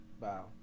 Wow